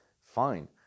fine